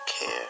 care